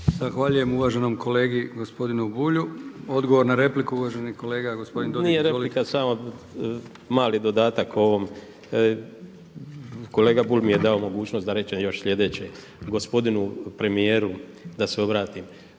Zahvaljujem uvaženom kolegi gospodinu Bulju. Odgovor na repliku, uvaženi kolega gospodin Dodig. Izvolite. **Dodig, Goran (HDS)** Nije replika, samo mali dodatak ovom. Kolega Bulj mi je dao mogućnost da kažem još sljedeće, gospodinu premijeru da se obratim.